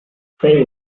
frey